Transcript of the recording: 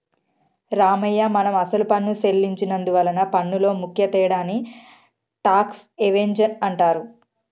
రామయ్య మనం అసలు పన్ను సెల్లించి నందువలన పన్నులో ముఖ్య తేడాని టాక్స్ ఎవేజన్ అంటారు